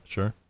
Sure